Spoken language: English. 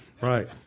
Right